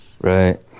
right